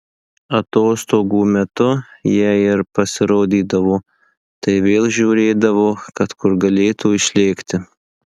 atostogų metu jei ir pasirodydavo tai vėl žiūrėdavo kad kur galėtų išlėkti